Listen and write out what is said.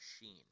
machine